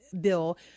bill